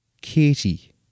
Katie